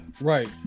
Right